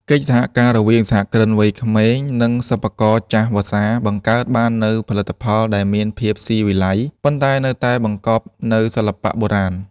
កិច្ចសហការរវាងសហគ្រិនវ័យក្មេង និងសិប្បករចាស់វស្សា បង្កើតបាននូវផលិតផលដែលមានភាពស៊ីវិល័យ ប៉ុន្តែនៅតែបង្កប់នូវសិល្បៈបុរាណ។